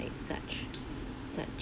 such such